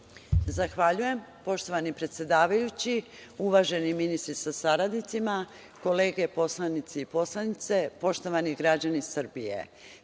Zahvaljujem, poštovani predsedavajući, uvaženi ministri sa saradnicima, kolege poslanici i poslanice, poštovani građani Srbije. Pred